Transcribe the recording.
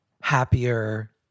happier